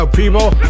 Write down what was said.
people